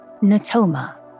Natoma